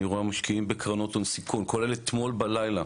אני רואה משקיעים בקרנות הון סיכון כולל אתמול בלילה,